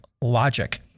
logic